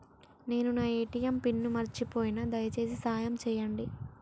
నేను నా ATM pin మర్చిపోయిన, దయచేసి సాయం చేయండి